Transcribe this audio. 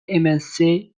émincer